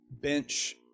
bench